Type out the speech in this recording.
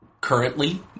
currently